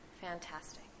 Fantastic